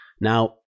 now